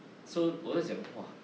so 我在讲 !wah!